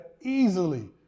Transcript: easily